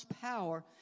power